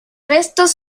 restos